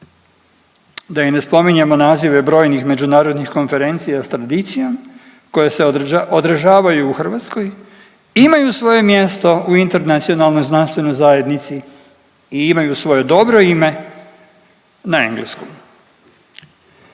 Da i ne spominjemo nazive brojnih međunarodnih konferencija s tradicijom koje se održavaju u Hrvatskoj, imaju svoje mjesto u internacionalnoj znanstvenoj zajednici i imaju svoje dobro ime na engleskom.